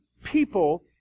people